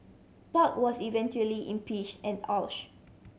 park was eventually impeach and oust